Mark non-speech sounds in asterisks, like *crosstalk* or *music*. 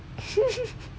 *laughs*